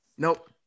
Nope